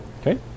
Okay